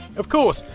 of course,